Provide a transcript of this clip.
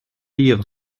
lire